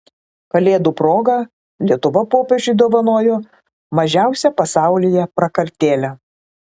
kalėdų proga lietuva popiežiui dovanojo mažiausią pasaulyje prakartėlę